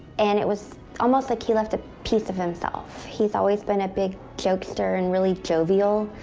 and it was almost like he left a piece of himself. he's always been a big jokester and really jovial.